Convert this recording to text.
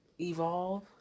Evolve